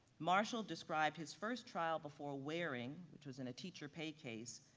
marshall described his first trial before waring, which was in a teacher pay case,